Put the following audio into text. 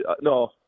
no